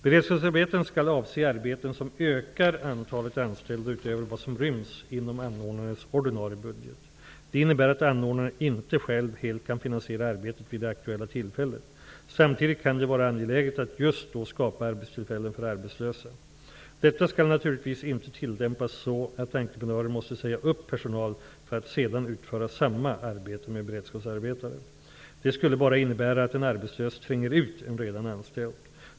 Beredskapsarbeten skall avse arbeten som ökar antalet anställda utöver vad som ryms inom anordnarens ordinarie budget. Det innebär att anordnaren inte själv helt kan finansiera arbetet vid det aktuella tillfället. Samtidigt kan det vara angeläget att just då skapa arbetstillfällen för arbetslösa. Detta skall naturligtvis inte tillämpas så att entreprenören måste säga upp personal för att sedan utföra samma arbete med beredskapsarbetare. Det skulle bara innebära att en arbetslös tränger ut en redan anställd.